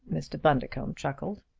mr. bundercombe chuckled.